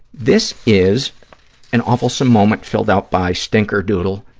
this is an awfulsome moment filled out by stinkerdoodle.